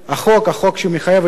החוק שמחייב את כולם,